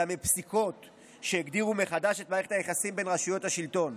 אלא מפסיקות שהגדירו מחדש את מערכת היחסים בין רשויות השלטון.